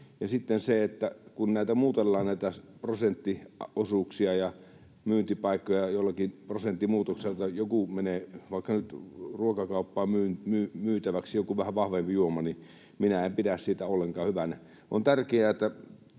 sitten sitä, kun näitä prosenttiosuuksia ja myyntipaikkoja muutellaan jollakin prosenttimuutoksella — menee vaikka nyt ruokakauppaan myytäväksi joku vähän vahvempi juoma — minä en pidä ollenkaan hyvänä.